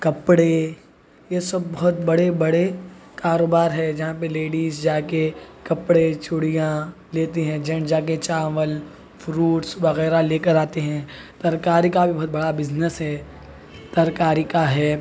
کپڑے یہ سب بہت بڑے بڑے کاروبار ہے جہاں پہ لیڈیز جا کے کپڑے چوڑیاں لیتی ہیں جینٹس جا کے چاول فروٹس وغیرہ لے کر آتے ہیں ترکاری کا بھی بہت بڑا بزنس ہے ترکاری کا ہے